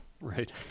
Right